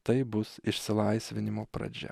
tai bus išsilaisvinimo pradžia